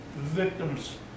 victims